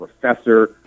Professor